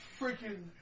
Freaking